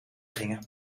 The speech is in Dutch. gingen